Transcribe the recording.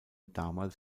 damals